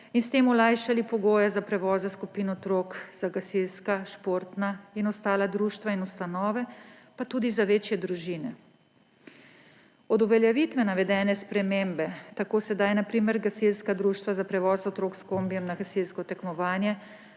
in s tem olajšali pogoje za prevoze skupin otrok za gasilska, športna in ostala društva in ustanove, pa tudi za večje družine. Od uveljavitve navedene spremembe sedaj na primer gasilska društva za prevoz otrok s kombijem na gasilsko tekmovanje